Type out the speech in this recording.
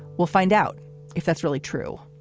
we'll find out if that's really true.